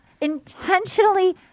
intentionally